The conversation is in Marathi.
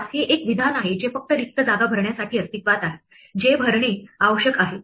पास हे एक विधान आहे जे फक्त रिक्त जागा भरण्यासाठी अस्तित्वात आहे जे भरणे आवश्यक आहे